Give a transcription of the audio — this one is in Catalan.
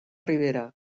ribera